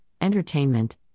entertainment